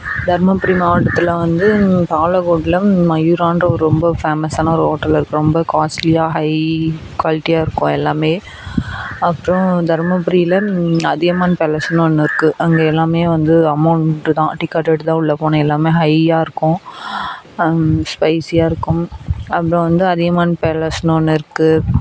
தருமபுரி மாவட்டத்தில் வந்து பாலக்கோட்டில் மயூரான்ற ஒரு ரொம்ப ஃபேமஸ்ஸான ஒரு ஹோட்டல் இருக்கும் ரொம்ப காஸ்ட்லியாக ஹை குவாலிட்டியாக இருக்கும் எல்லாமே அப்புறம் தருமபுரியில் அதியமான் பேலஸ்ஸுனு ஒன்று இருக்குது அங்கே எல்லாமே வந்து அமௌண்ட் தான் டிக்கெட் எடுத்து தான் உள்ளே போகணும் எல்லாமே ஹையாக இருக்கும் ஸ்பைஸியாக இருக்கும் அப்புறம் வந்து அதியமான் பேலஸ்ஸுனு ஒன்று இருக்குது